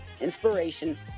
inspiration